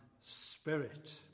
Spirit